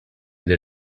del